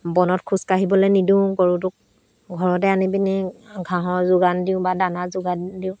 বনত খোজ কাঢ়িবলৈ নিদিওঁ গৰুটোক ঘৰতে আনি পিনি ঘাঁহৰ যোগান দিওঁ বা দানা যোগান দিওঁ